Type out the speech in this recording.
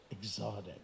exotic